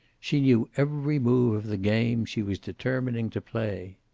she knew every move of the game she was determining to play.